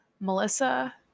Melissa